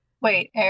Wait